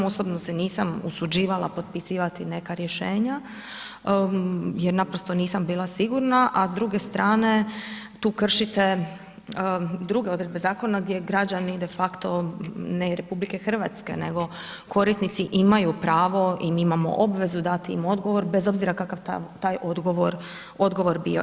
Osobno se nisam usuđivala potpisivati neka rješenja jer naprosto nisam bila sigurna, a s druge strane tu kršite druge odredbe zakona gdje građani de facto, ne i RH, nego korisnici imaju pravo i mi imamo obvezu dati im odgovor bez obzira kakav taj odgovor bio.